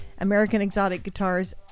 AmericanExoticGuitars